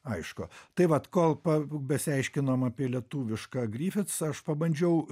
aišku tai vat kol pa pasiaiškinom apie lietuvišką gryfits aš pabandžiau